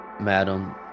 Madam